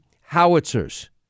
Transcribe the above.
howitzers